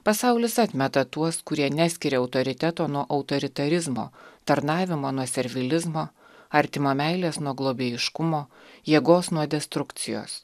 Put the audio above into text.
pasaulis atmeta tuos kurie neskiria autoriteto nuo autoritarizmo tarnavimo nuo servilizmo artimo meilės nuo globėjiškumo jėgos nuo destrukcijos